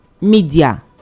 media